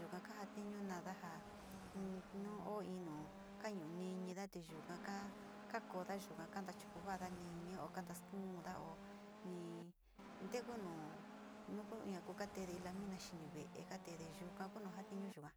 yuka'a niño nanda'á iin no ho iin no kañuu ñinde atiyuu kaka kakonda yukuu ka'a ndachó ho vanda niñi ho kanndax ñuu tá ho iin ndetnó nukuu nako katende lamina xhiñii ve'e katende yuu ñuu ka'a kono nja xhindio yunjuan.